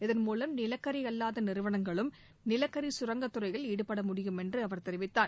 இதன்மூலம் நிலக்கரி அல்லாத நிறுவனங்களும் நிலக்கரி கரங்கத் துறையில் ஈடுபட முடியும் என்று அவர் தெரிவித்தார்